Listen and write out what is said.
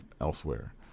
elsewhere